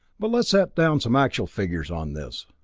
but let's set down some actual figures on this.